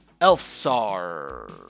Elfsar